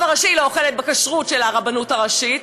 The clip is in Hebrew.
הראשי לא אוכל בכשרות של הרבנות הראשית,